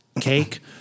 cake